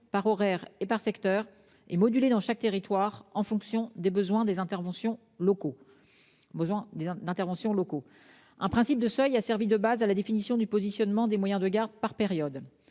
par horaire et par secteur, est modulée dans chaque territoire selon les besoins d'intervention locaux. Une logique de seuil a servi de base à la définition du positionnement des moyens de garde par période.